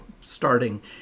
starting